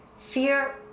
fear